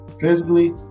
physically